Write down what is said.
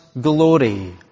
glory